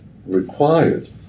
required